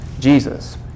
Jesus